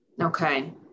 Okay